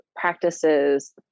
practices